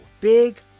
Big